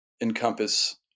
encompass